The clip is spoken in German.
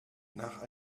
nach